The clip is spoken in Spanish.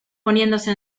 poniéndose